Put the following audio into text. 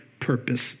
purpose